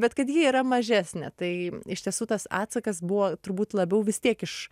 bet kad ji yra mažesnė tai iš tiesų tas atsakas buvo turbūt labiau vis tiek iš